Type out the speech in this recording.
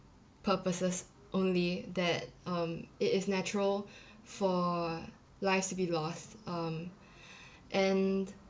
purposes only that um it is natural for lives to be lost um and